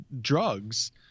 drugs